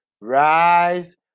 rise